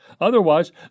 Otherwise